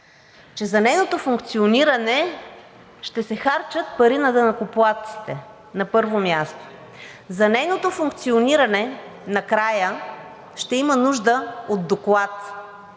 че за нейното функциониране ще се харчат пари на данъкоплатците, на първо място. За нейното функциониране накрая ще има нужда от доклад,